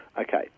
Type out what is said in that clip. Okay